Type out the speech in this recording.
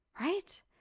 right